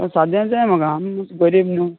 सद्याक जाय म्हाका बरें एक न्यू